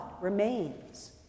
remains